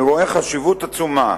אני רואה חשיבות עצומה